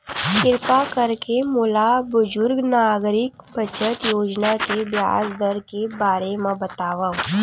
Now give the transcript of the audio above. किरपा करके मोला बुजुर्ग नागरिक बचत योजना के ब्याज दर के बारे मा बतावव